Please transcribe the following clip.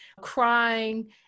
crying